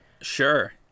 sure